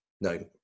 no